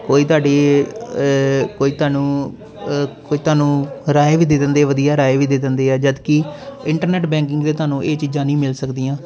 ਕੋਈ ਤੁਹਾਡੀ ਕੋਈ ਤੁਹਾਨੂੰ ਕੁਝ ਤੁਹਾਨੂੰ ਰਾਏ ਵੀ ਦੇ ਦਿੰਦੇ ਆ ਵਧੀਆ ਰਾਏ ਵੀ ਦੇ ਦਿੰਦੇ ਆ ਜਦੋਂ ਕਿ ਇੰਟਰਨੈਟ ਬੈਂਕਿੰਗ 'ਤੇ ਤੁਹਾਨੂੰ ਇਹ ਚੀਜ਼ਾਂ ਨਹੀਂ ਮਿਲ ਸਕਦੀਆਂ